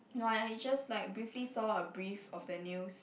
no I I just like briefly saw a brief of the news